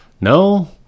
No